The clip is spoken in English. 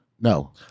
No